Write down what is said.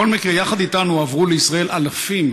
בכל מקרה, יחד איתנו הועברו לישראל אלפים